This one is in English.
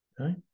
Okay